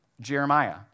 Jeremiah